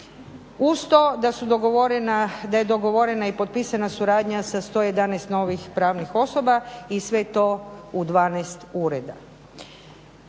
da je dogovorena i potpisana suradnja sa 111 novih pravnih osoba i sve to u 12 ureda.